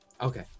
okay